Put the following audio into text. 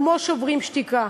כמו "שוברים שתיקה",